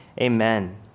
Amen